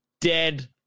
dead